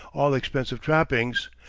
all expensive trappings,